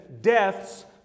death's